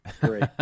Great